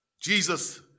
Jesus